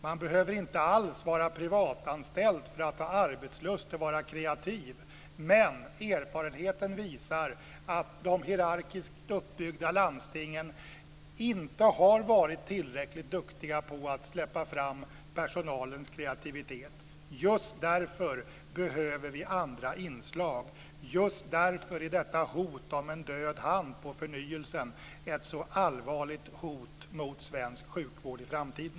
Man behöver inte alls vara privatanställd för att ha arbetslust och vara kreativ, men erfarenheten visar att de hierarkiskt uppbyggda landstingen inte har varit tillräckligt duktiga på att släppa fram personalens kreativitet. Just därför behöver vi andra inslag. Just därför är detta hot om en död hand på förnyelsen ett så allvarligt hot mot svensk sjukvård i framtiden.